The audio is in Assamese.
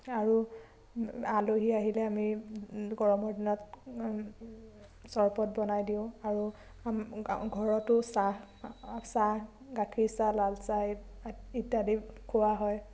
আৰু আলহী আহিলে আমি গৰমৰ দিনত চৰবত বনাই দিওঁ আৰু ঘৰতো চাহ গাখীৰ চাহ লাল চাহ ইত্যাদি খোৱা হয়